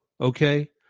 Okay